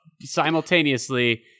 Simultaneously